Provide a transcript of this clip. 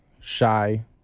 Shy